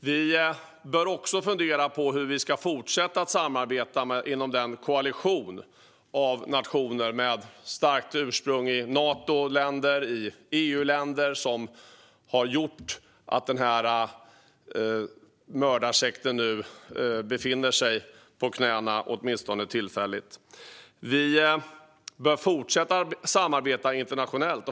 Vi bör också fundera på hur vi ska fortsätta att samarbeta inom den koalition av nationer med ursprung i Nato och EU-länder som har gjort att mördarsekten nu befinner sig på knäna, åtminstone tillfälligt. Vi bör fortsätta att samarbeta internationellt.